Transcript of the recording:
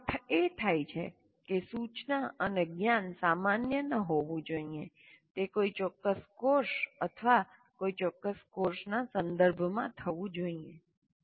તે અર્થ એ થાય છે કે સૂચના અને જ્ઞાન સામાન્ય ન હોવું જોઈએ તે કોઈ ચોક્કસ કોર્સ અથવા કોઈ ચોક્કસ કોર્સના સંદર્ભમાં થવું જોઈએ